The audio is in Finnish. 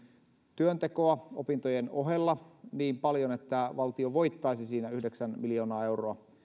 työntekoa opintojen ohella niin paljon että valtio voittaisi siinä yhdeksän miljoonaa euroa